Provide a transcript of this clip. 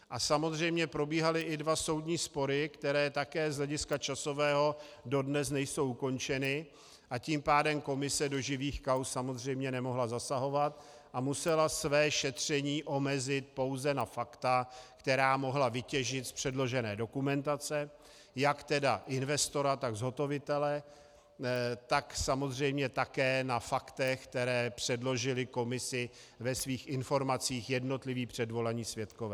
A samozřejmě probíhaly i dva soudní spory, které také z hlediska časového dodnes nejsou ukončeny, a tím pádem komise do živých kauz samozřejmě nemohla zasahovat a musela své šetření omezit pouze na fakta, která mohla vytěžit z předložené dokumentace jak investora, tak zhotovitele, tak samozřejmě také na fakta, která předložili komisi ve svých informacích jednotliví předvolaní svědkové.